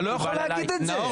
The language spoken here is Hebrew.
כן, אתה לא יכול להגיד את זה.